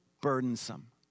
burdensome